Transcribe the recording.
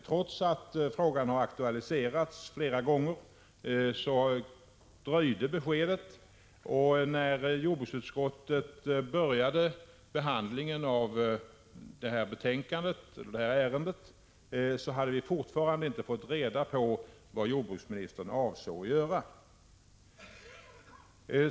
Trots att frågan har aktualiserats flera gånger dröjde beskedet, och när jordbruksutskottet påbörjade behandlingen av detta ärende hade vi fortfarande inte fått reda på vad jordbruksministern avsåg att göra.